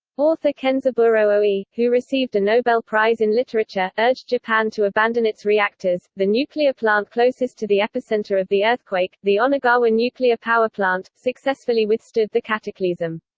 author kenzaburo oe, who received a nobel prize in literature, urged japan to abandon its reactors the nuclear plant closest to the epicenter of the earthquake, the onagawa nuclear power plant, successfully withstood the cataclysm.